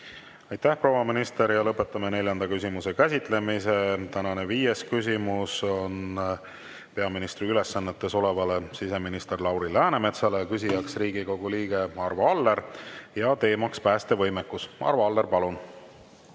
Aitäh, proua minister! Lõpetame neljanda küsimuse käsitlemise. Tänane viies küsimus on peaministri ülesannetes olevale siseminister Lauri Läänemetsale. Küsija on Riigikogu liige Arvo Aller ja teema on päästevõimekus. Arvo Aller, palun!